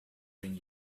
bring